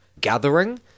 gathering